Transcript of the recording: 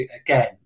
again